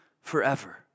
forever